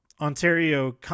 Ontario